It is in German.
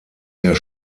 der